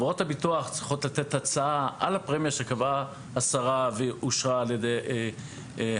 צריכות לתת הצעה על הפרמיה שקבעה השרה ואושרה על ידי הוועדה,